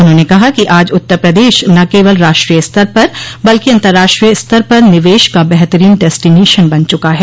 उन्होंने कहा कि आज उत्तर प्रदेश न केवल राष्ट्रीय स्तर पर बल्कि अन्तर्राष्ट्रीय स्तर पर निवेश का बेहतरीन डेस्टिनेशन बन चुका है